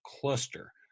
cluster